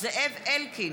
זאב אלקין,